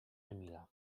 emila